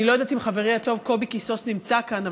אני לא יודעת אם חברי הטוב קובי קיסוס נמצא כאן,